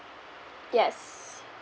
yes